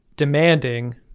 demanding